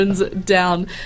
down